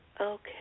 okay